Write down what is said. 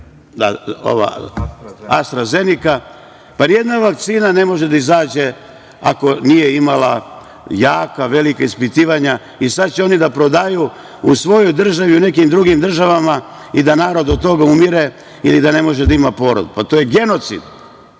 nijedna vakcina ne može da izađe ako nije imala jaka, velika ispitivanja. I sada će oni da prodaju u svojoj državi i u nekim drugim državama i da narod od toga umire i da ne može da ima porod? Pa, to je genocid.